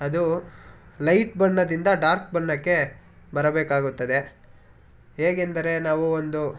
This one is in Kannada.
ಅದು ಲೈಟ್ ಬಣ್ಣದಿಂದ ಡಾರ್ಕ್ ಬಣ್ಣಕ್ಕೆ ಬರಬೇಕಾಗುತ್ತದೆ ಹೇಗೆಂದರೆ ನಾವು ಒಂದು